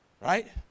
Right